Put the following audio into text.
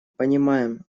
понимаем